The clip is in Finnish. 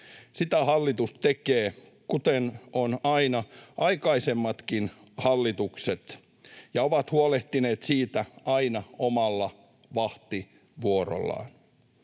Sitä hallitus tekee, kuten ovat aina aikaisemmatkin hallitukset huolehtineet siitä aina omalla vahtivuorollaan.